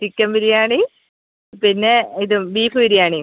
chicken biryani പിന്നെ ഇതും beef ബിരിയാണിയും